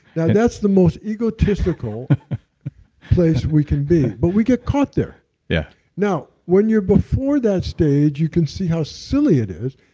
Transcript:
now that's the most egotistical place we can be. but we get caught there yeah now, when you're before that stage, you can see how silly it is.